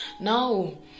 No